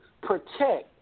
protect